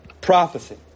Prophecy